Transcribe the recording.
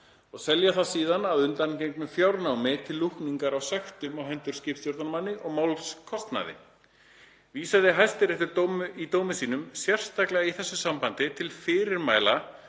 og selja það síðan að undangengnu fjárnámi til lúkningar á sektum á hendur skipstjórnarmanni og málskostnaði. Vísaði Hæstiréttur í dómi sínum sérstaklega í þessu sambandi til fyrirmæla